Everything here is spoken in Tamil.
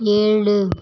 ஏழு